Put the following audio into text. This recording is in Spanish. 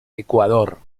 ecuador